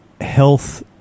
health